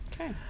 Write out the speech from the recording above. okay